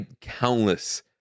countless